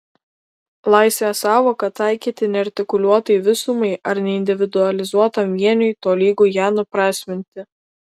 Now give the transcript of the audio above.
laisvės sąvoką taikyti neartikuliuotai visumai ar neindividualizuotam vieniui tolygu ją nuprasminti